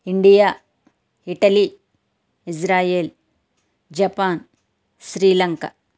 India Italy Israel Japan Sri Lanka